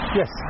yes